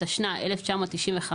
התשנ"ה-1995,